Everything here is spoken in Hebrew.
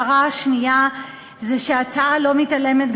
ההערה השנייה היא שההצעה לא מתעלמת,